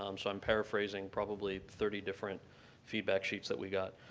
um so i'm paraphrasing probably thirty different feedback sheets that we got.